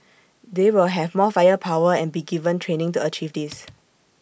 they will have more firepower and be given training to achieve this